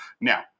Now